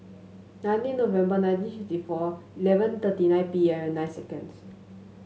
nineteen November nineteen fifty four eleven thirty nine P M nine seconds